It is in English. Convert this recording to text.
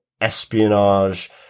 espionage